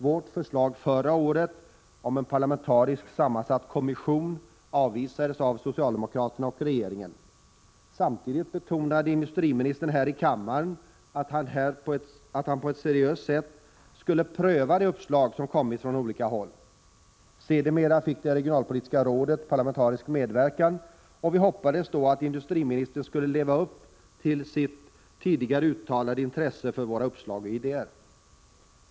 Vårt förslag förra året om en parlamentariskt sammansatt kommission avvisades av socialdemokraterna och regeringen. Samtidigt betonade industriministern här i kammaren att han på ett seriöst sätt skulle pröva de uppslag som kommit från olika håll. Sedermera fick det regionalpolitiska rådet parlamentarisk medverkan, och vi hoppades då att industriministern skulle leva upp till sitt tidigare uttalade intresse för våra uppslag och idéer.